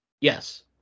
Yes